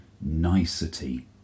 nicety